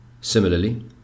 Similarly